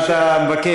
מה אתה מבקש,